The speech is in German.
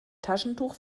taschentuch